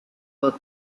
book